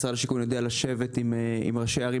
משרד השיכון יודע לשבת עם ראשי הערים